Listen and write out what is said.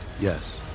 Yes